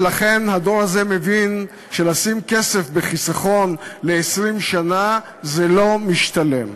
ולכן הדור הזה מבין שלשים כסף בחיסכון ל-20 שנה זה לא משתלם.